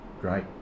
Great